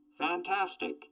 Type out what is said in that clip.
Fantastic